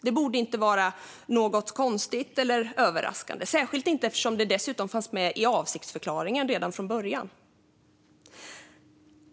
Det borde inte vara något konstigt eller överraskande - särskilt inte eftersom det dessutom fanns med i avsiktsförklaringen redan från början.